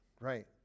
right